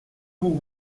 vous